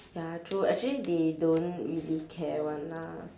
ya true actually they don't really care [one] ah